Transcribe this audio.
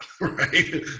right